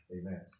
amen